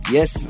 Yes